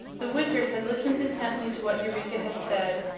the wizard had listened intently to what eureka had said.